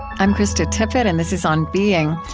i'm krista tippett, and this is on being.